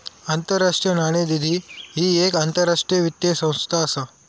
आंतरराष्ट्रीय नाणेनिधी ही येक आंतरराष्ट्रीय वित्तीय संस्था असा